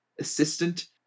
assistant